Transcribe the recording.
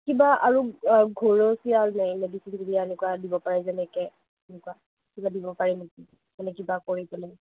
কিবা আৰু ঘৰৰ দিয়া যায় মেডিচিন এনেকে এনেকুৱা দিব পৰা যেনেকে তেনেকুৱা কিবা দিব পাৰি নেকি মানে কিবা কৰি পেলাই